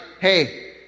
hey